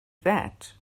that